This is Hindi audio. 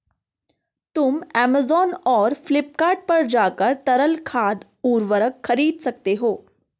तुम ऐमेज़ॉन और फ्लिपकार्ट पर जाकर तरल खाद उर्वरक खरीद सकते हो